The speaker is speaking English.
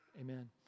Amen